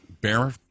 bear